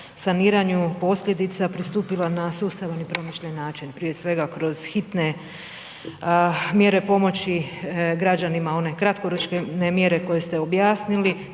saniranju posljedica pristupila na sustav i promišljen način, prije svega kroz hitne mjere pomoći građanima, one kratkoročne mjere koje ste objasnili,